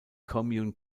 commune